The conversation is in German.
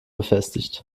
befestigt